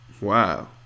Wow